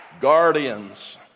Guardians